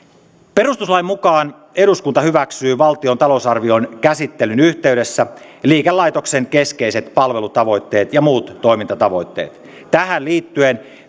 perustuslain mukaan eduskunta hyväksyy valtion talousarvion käsittelyn yhteydessä liikelaitoksen keskeiset palvelutavoitteet ja muut toimintatavoitteet tähän liittyen